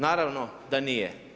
Naravno da nije.